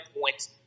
points